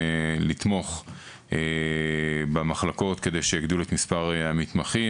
לתמוך במחלקות כדי שיגדילו את מספר המתמחים,